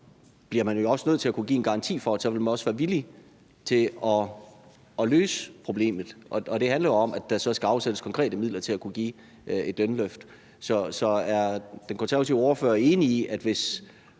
bliver man jo også nødt til at kunne give en garanti for, at man vil være villig til at løse problemet. Og det handler jo om, at der så skal afsættes konkrete midler til at kunne give et lønløft. Så er den konservative ordfører enig i, at hvis